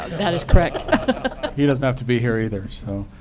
that is correct. he doesn't have to be here either. so